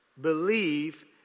Believe